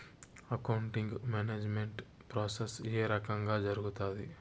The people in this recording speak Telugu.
అకౌంటింగ్ మేనేజ్మెంట్ ప్రాసెస్ ఏ రకంగా జరుగుతాది